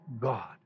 God